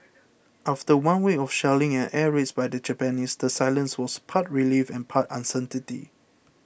after one week of shelling and air raids by the Japanese the silence was part relief and part uncertainty